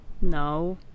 No